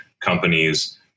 companies